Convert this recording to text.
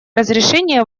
разрешения